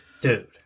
Dude